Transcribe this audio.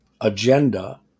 agenda